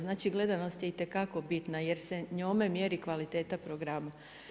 Znači gledanost je i te kako bitna jer se njome mjeri kvaliteta programa.